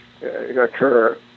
occur